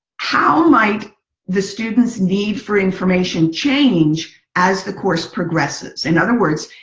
how might the students need for information change as the course progresses, in other words,